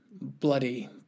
bloody